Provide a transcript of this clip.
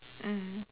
mm